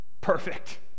perfect